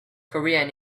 korean